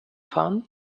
fahren